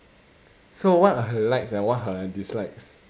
so what are her likes and what are her dislikes